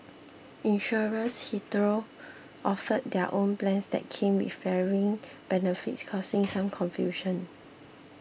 insurers hitherto offered their own plans that came with varying benefits causing some confusion